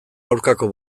aurkako